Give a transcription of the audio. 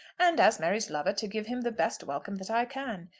and as mary's lover to give him the best welcome that i can.